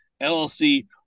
LLC